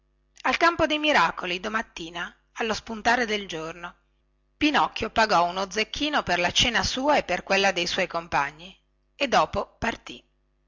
al campo dei miracoli domattina allo spuntare del giorno pinocchio pagò uno zecchino per la cena sua e per quella dei suoi compagni e dopo partì